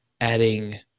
adding